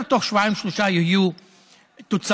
והוא אומר שתוך שבועיים-שלושה יהיו תוצאות.